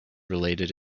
related